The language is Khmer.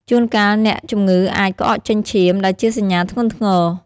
ជួនកាលអ្នកជំងឺអាច ក្អកចេញឈាម ដែលជាសញ្ញាធ្ងន់ធ្ងរ។